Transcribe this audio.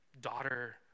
daughter